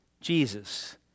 Jesus